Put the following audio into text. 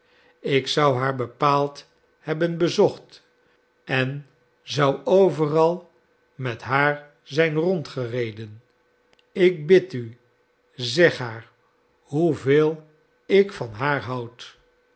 ik zou haar bepaald hebben bezocht en zou overal met haar zijn rondgereden ik bid u zeg haar hoeveel ik van haar houd